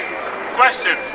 question